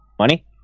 money